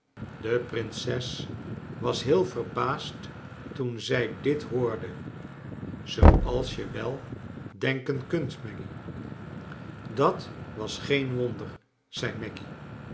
de prinses was heel verbaasd toen zij dit hoorde zooals je wel denken kunt maggy dat was geen wonder zei maggy